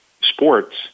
sports